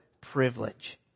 privilege